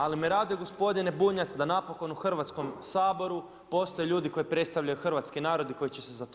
Ali me raduje gospodine Bunjac, da napokon u Hrvatskom saboru postoje ljudi koji predstavljaju hrvatski narod i koji će za to zalagati.